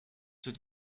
wird